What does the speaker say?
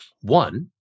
one